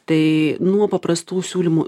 tai nuo paprastų siūlymų